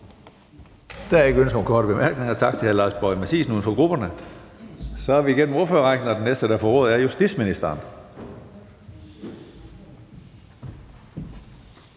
Der er ikke ønske om korte bemærkninger. Tak til hr. Lars Boje Mathiesen, uden for grupperne. Så er vi igennem ordførerrækken, og den næste, der får ordet, er justitsministeren.